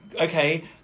okay